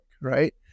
right